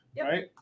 Right